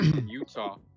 Utah